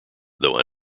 though